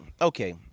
Okay